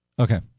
Okay